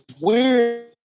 weird